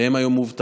שהם היום מובטלים,